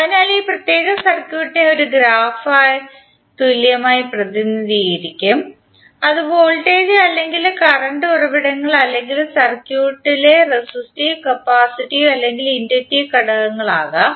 അതിനാൽ ഈ പ്രത്യേക സർക്യൂട്ടിനെ ഒരു ഗ്രാഫായി തുല്യമായി പ്രതിനിധീകരിക്കും അത് വോൾട്ടേജ് അല്ലെങ്കിൽ കറന്റ് ഉറവിടങ്ങൾ അല്ലെങ്കിൽ സർക്യൂട്ടിലെ റെസിസ്റ്റീവ് കപ്പാസിറ്റീവ് അല്ലെങ്കിൽ ഇൻഡക്റ്റീവ് ഘടകങ്ങൾ ആകാം